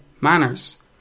manners